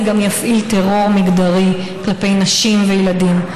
גם יפעיל טרור מגדרי כלפי נשים וילדים?